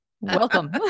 Welcome